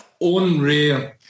unreal